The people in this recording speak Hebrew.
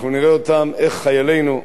אנחנו נראה איך חיילינו,